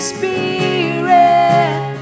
Spirit